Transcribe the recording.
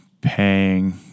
paying